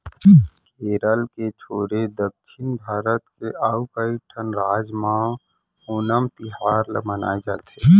केरल के छोरे दक्छिन भारत के अउ कइठन राज म ओनम तिहार ल मनाए जाथे